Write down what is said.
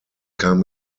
kam